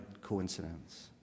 coincidence